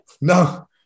no